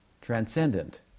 transcendent